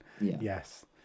Yes